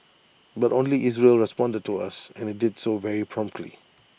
but only Israel responded to us and IT did so very promptly